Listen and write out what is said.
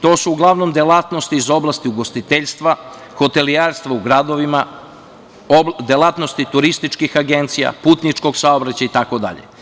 To su uglavnom delatnosti iz oblasti ugostiteljstva, hotelijerstva u gradovima, delatnosti turističkih agencija, putničkog saobraćaja itd.